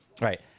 right